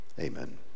amen